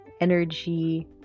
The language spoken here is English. energy